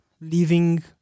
living